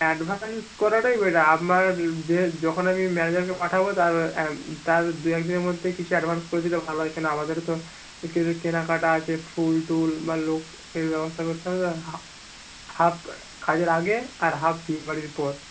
advance করাটাই better আমার যে যখন আমি ম্যানেজারকে পাঠাবো তার তার দু এক দিনের মধ্যেই কিছু অ্যাডভান্স করে দিলে ভালো হয় কেন আমাদেরও তো কিছু কেনাকাটা আছে ফুল টুল বা লোকের ব্যবস্থা করতে হবে হাফ কাজের আগে আর হাফ বিয়ে বাড়ির পর